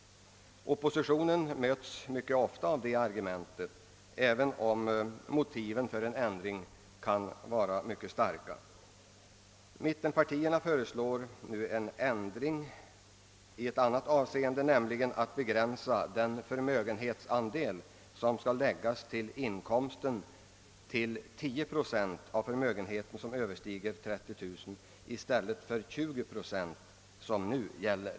Oppositionen möts mycket ofta med argumentet att erfarenheterna av en reform måste avvaktas, även om motiven för en föreslagen ändring kan vara mycket starka. Mittenpartierna föreslår nu en ändring i ett annat avseende, som gäller en begränsning av den förmögenhetsandel man skall lägga till inkomsten; en begränsning till 10 procent av förmögenhet som överstiger 30 000 kronor i stället för de 20 procent som nu gäller.